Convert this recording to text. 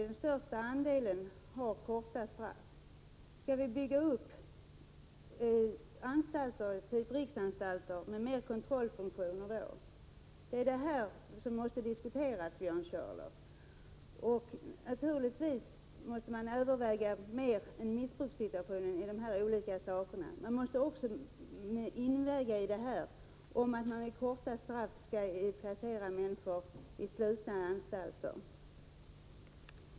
Den största andelen har korta straff. Skall vi bygga upp anstalter av typen riksanstalter med mer av kontrollfunktioner? Det är detta som måste diskuteras, Björn Körlof. Och naturligtvis måste man överväga mer än missbrukssituationen. Man måste också väga in om personer som dömts till korta straff skall placeras i slutna anstalter.